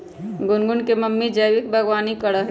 गुनगुन के मम्मी जैविक बागवानी करा हई